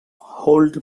hold